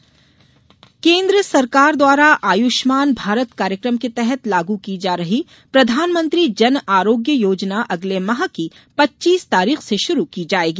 आरोग्य योजना केन्द्र सरकार द्वारा आयुष्मान भारत कार्यक्रम के तहत लागू की जा रही प्रधानमंत्री जन आरोग्य योजना अगले माह की पच्चीस तारीख से शुरू की जायेगी